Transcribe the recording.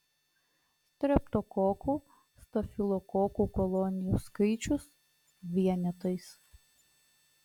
streptokokų stafilokokų kolonijų skaičius vienetais